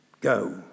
Go